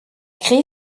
créé